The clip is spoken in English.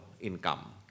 income